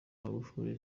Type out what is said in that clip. magufuli